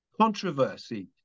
controversy